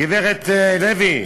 גברת לוי,